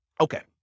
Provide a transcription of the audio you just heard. okay